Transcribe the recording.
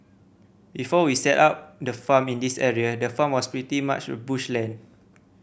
before we set up the farm in this area the farm was pretty much bush land